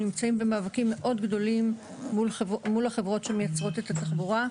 נמצאים במאבקים מאוד גדולים מול החברות שמייצרות את התחבורה.